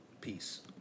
Peace